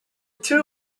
two